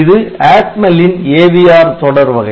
இது ATMEL ன் AVR தொடர் வகை